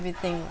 everything